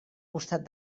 costat